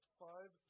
five